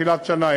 תחילת שנה,